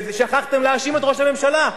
שכחתם להאשים את ראש הממשלה?